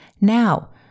now